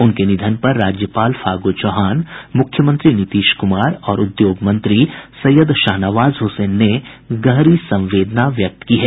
उनके निधन पर राज्यपाल फागू चौहान मुख्यमंत्री नीतीश कुमार और उद्योग मंत्री सैयद शाहनवाज हुसैन ने गहरी संवेदना जतायी है